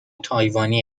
تایوانی